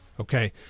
okay